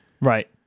right